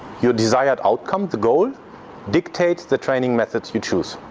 your desired outcome, the goal dictates the training methods you choose.